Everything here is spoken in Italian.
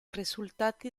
risultati